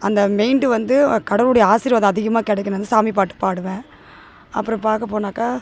அந்த மெய்ண்டு வந்து கடவுளுடைய ஆசீர்வாதம் அதிகமாக கிடைக்கணும்னு சாமி பாட்டு பாடுவேன் அப்புறம் பார்க்க போனாக்கா